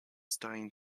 studying